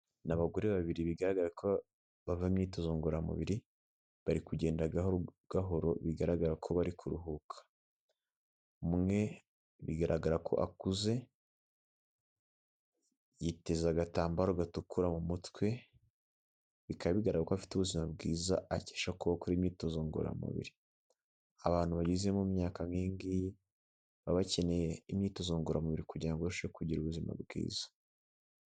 Ni abagore babiri bigaragara ko bava myitozo ngoramubiri bari kugenda gahoro gahoro bigaragara ko bari kuruhuka ,umwe bigaragara ko akuze yiteza agatambaro gatukura mu mutwe, bikaba bigaragara ko afite ubuzima bwiza akesha gukora imyitozo ngororamubiri, abantu bageze mu myaka nkiyingiyi baba bakeneye imyitozo ngororamubiri kugira ngo barusheho kugira ubuzima bwiza.